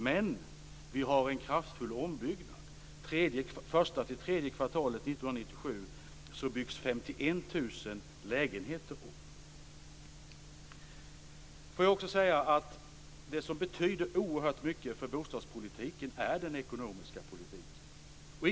Men vi har en kraftfull ombyggnad. Under det första till tredje kvartalet 1997 byggs 51 000 lägenheter om. Det som betyder oerhört mycket för bostadspolitiken är den ekonomiska politiken.